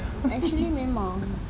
actually memang